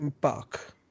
Park